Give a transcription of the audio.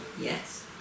Yes